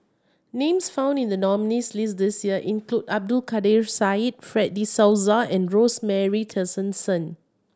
names found in the nominees' list this year include Abdul Kadir Syed Fred De Souza and Rosemary Tessensohn